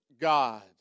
God